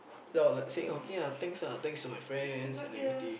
then I was like saying okay ah thanks ah thanks to my friends and everything